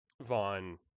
Vaughn